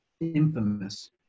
infamous